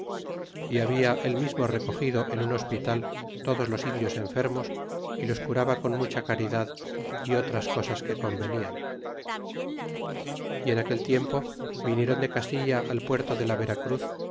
y habia él mismo recogido en un hospital todos los indios enfermos y los curaba con mucha caridad y otras cosas que convenian y en aquel tiempo viniéron de castilla al puerto de la vera cruz